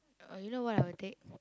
oh you know what I will take